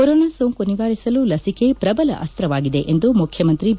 corona ಸೋಂಕು ನಿವಾರಿಸಲು ಲಸಿಕೆ ಪ್ರಬಲ ಅಸ್ತವಾಗಿದೆ ಎಂದು ಮುಖ್ಯಮಂತ್ರಿ ಬಿ